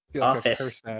Office